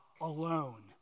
alone